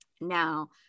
now